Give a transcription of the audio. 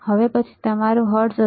હવે પછીનું તમારું હર્ટ્ઝ હશે